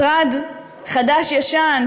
משרד חדש-ישן,